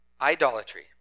idolatry